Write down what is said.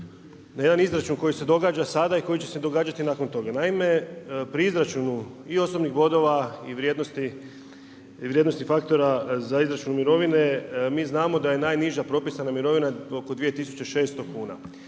na jedan izračun koji se događa sada i koji će se događati nakon toga. Naime, pri izračunu i osobnih bodova i vrijednosti faktora za izračun mirovine, mi znamo da je najniža propisana mirovina oko 2 600 kuna.